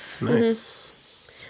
Nice